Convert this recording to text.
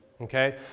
okay